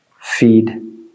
feed